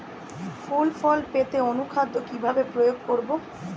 ফুল ফল পেতে অনুখাদ্য কিভাবে প্রয়োগ করব?